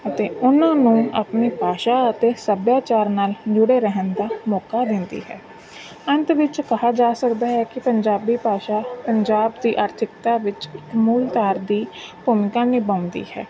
ਅਤੇ ਉਹਨਾਂ ਨੂੰ ਆਪਣੀ ਭਾਸ਼ਾ ਅਤੇ ਸੱਭਿਆਚਾਰ ਨਾਲ ਜੁੜੇ ਰਹਿਣ ਦਾ ਮੌਕਾ ਦਿੰਦੀ ਹੈ ਅੰਤ ਵਿੱਚ ਕਿਹਾ ਜਾ ਸਕਦਾ ਹੈ ਕਿ ਪੰਜਾਬੀ ਭਾਸ਼ਾ ਪੰਜਾਬ ਦੀ ਆਰਥਿਕਤਾ ਵਿੱਚ ਇੱਕ ਮੂਲਧਾਰ ਦੀ ਭੂਮਿਕਾ ਨਿਭਾਉਂਦੀ ਹੈ